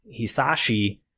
Hisashi